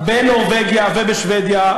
אחוז החסימה בנורבגיה ובשבדיה,